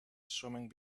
swimming